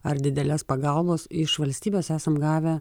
ar didelės pagalbos iš valstybės esam gavę